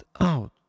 out